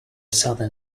southern